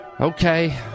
Okay